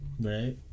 Right